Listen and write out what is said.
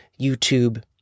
YouTube